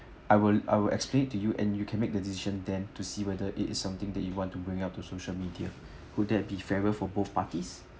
I will I will explain it to you and you can make the decision then to see whether it is something that you want to bring up to social media would that be fairer for both parties